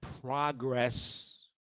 progress